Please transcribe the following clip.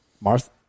Martha